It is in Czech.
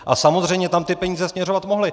A samozřejmě tam ty peníze směřovat mohly.